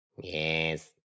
Yes